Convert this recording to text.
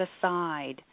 aside